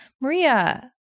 Maria